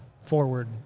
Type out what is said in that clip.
forward